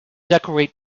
decorate